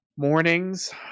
mornings